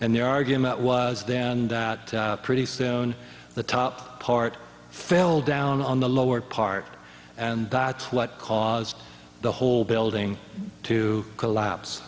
and the argument was then and pretty soon the top part fell down on the lower part and that's what caused the whole building to collapse